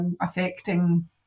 affecting